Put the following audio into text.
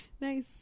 Nice